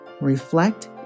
Reflect